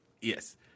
Yes